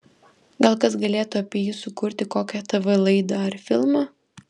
gal kas galėtų apie jį sukurti kokią tv laidą ar filmą